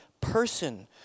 person